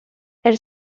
elle